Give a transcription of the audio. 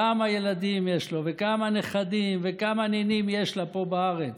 כמה ילדים יש וכמה נכדים וכמה נינים יש לה פה בארץ,